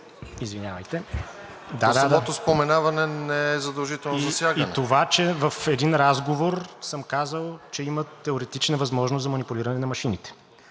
Самото споменаване не е задължително засягане. БОЖИДАР БОЖАНОВ: Това, че в един разговор съм казал, че има теоретична възможност за манипулиране на машините.